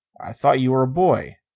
i thought you were a boy.